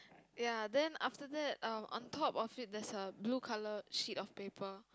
ya then after that um on top of it there's a blue colour sheet of paper